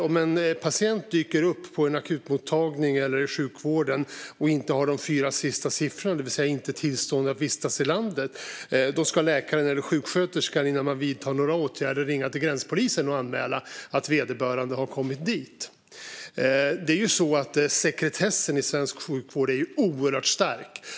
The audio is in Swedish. Om en patient dyker upp på en akutmottagning eller i sjukvården och inte har de fyra sista siffrorna, det vill säga inte tillstånd att vistas i landet, ska läkaren eller sjuksköterskan innan de vidtar några åtgärder ringa till gränspolisen och anmäla att vederbörande har kommit dit. Sekretessen i svensk sjukvård är oerhört stark.